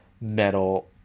metal-